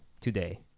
today